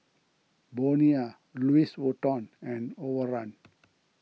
Bonia Louis Vuitton and Overrun